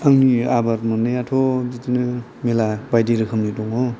आंनि आबाद मोननायाथ' बिदिनो मेरला बायदि रोखोमनि दङ